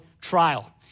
trial